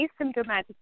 asymptomatic